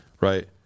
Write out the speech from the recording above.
right